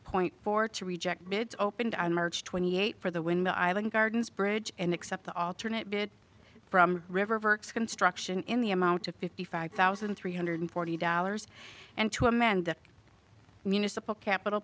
point four to reject bids opened on march twenty eighth for the wind island gardens bridge and accept the alternate bid from river construction in the amount to fifty five thousand three hundred forty dollars and to amend the municipal capital